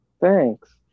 Thanks